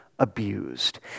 abused